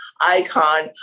icon